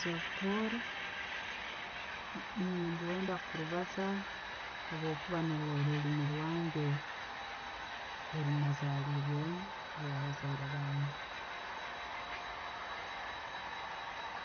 Orutooro, nidwenda kurubaaza habwokuba nurwo oruliimi rwange orwenazalirwemu orwabazire bange.